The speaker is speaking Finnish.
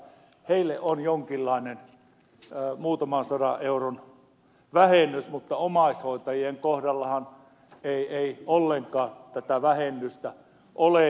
heille on jonkinlainen muutaman sadan euron vähennys mutta omaishoitajien kohdallahan ei ollenkaan tätä vähennystä ole